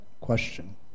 question